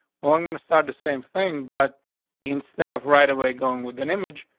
well, i'm going to start the same thing. but instead of right away going with an image,